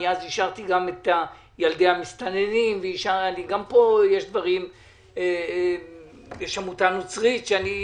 אני אז אישרתי גם את ילדי המסתננים וגם פה יש עמותה נוצרית שאני